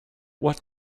what